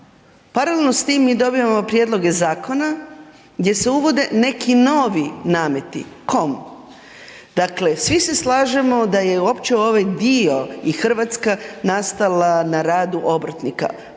paralelno s tim mi dobivamo prijedloge zakona gdje se uvode neki novi nameti. Kom? Dakle svi se slažemo da je uopće ovaj dio i Hrvatska nastala na radu obrtnika,